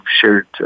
shared